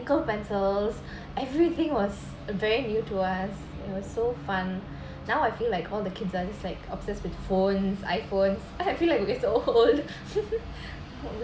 pencils everything was very new to us it was so fun now I feel like all the kids are just like obsessed with phones iphones I feel like we are so old